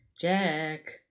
Jack